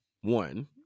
one